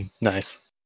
Nice